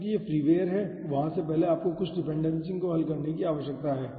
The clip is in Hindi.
चूंकि यह फ्रीवेयर है वहां से पहले आपको कुछ डिपेंडेंसी को हल करने की आवश्यकता है